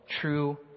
true